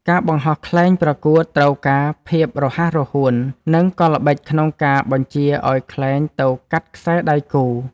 ការបង្ហោះខ្លែងប្រកួតត្រូវការភាពរហ័សរហួន និងកលល្បិចក្នុងការបញ្ជាឱ្យខ្លែងទៅកាត់ខ្សែដៃគូ។